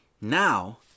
Now